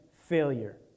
failure